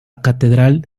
catedral